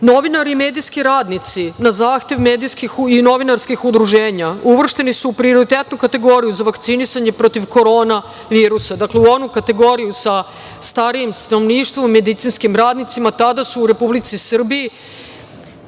Novinari i medijski radnici na zahtev medijskih i novinarskih udruženja uvršteni su u prioritetnu kategoriju za vakcinisanje protiv korona virusa, dakle u onu kategoriju sa starijim stanovništvom, medicinskim radnicima, tada su u Republici Srbiji